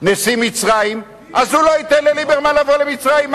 נשיא מצרים, הוא לא ייתן לליברמן לבוא למצרים.